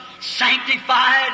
sanctified